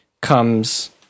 comes